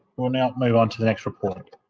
will now move on to the next report.